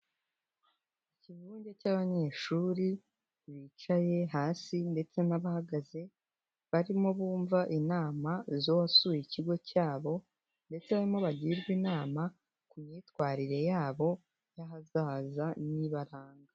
Ikivunge cy'abanyeshuri bicaye hasi ndetse n'abahagaze, barimo bumva inama z'uwasuye ikigo cyabo, ndetse harimo abagirwa inama ku myitwarire yabo y'ahazaza n'ibabaranga.